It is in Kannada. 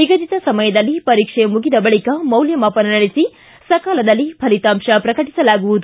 ನಿಗದಿತ ಸಮಯದಲ್ಲಿ ಪರೀಕ್ಷೆ ಮುಗಿದ ಬಳಿಕ ಮೌಲ್ಡಮಾಪನ ನಡೆಸಿ ಸಕಾಲದಲ್ಲಿ ಫಲಿತಾಂಶ ಪ್ರಕಟಿಸಲಾಗುವುದು